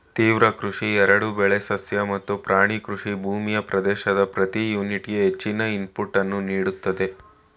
ತೀವ್ರ ಕೃಷಿ ಎರಡೂ ಬೆಳೆ ಸಸ್ಯ ಮತ್ತು ಪ್ರಾಣಿ ಕೃಷಿ ಭೂಮಿಯ ಪ್ರದೇಶದ ಪ್ರತಿ ಯೂನಿಟ್ಗೆ ಹೆಚ್ಚಿನ ಇನ್ಪುಟನ್ನು ನೀಡ್ತದೆ